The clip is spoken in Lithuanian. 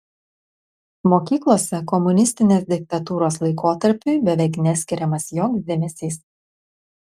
mokyklose komunistinės diktatūros laikotarpiui beveik neskiriamas joks dėmesys